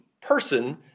person